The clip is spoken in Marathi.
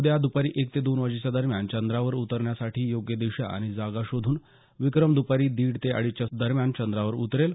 उद्या दुपारी एक ते दोन वाजेच्या दरम्यान चंद्रावर उतरण्यासाठी योग्य दिशा आणि जागा शोधून विक्रम द्पारी दीड ते अडीचच्या दरम्यान चंद्रावर उतरेल